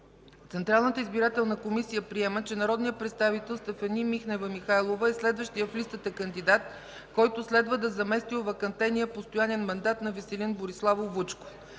Централната избирателна комисия приема, че народният представител Стефани Михнева Михайлова е следващият в листата кандидат, който следва да замести овакантения постоянен мандат на Веселин Бориславов Вучков.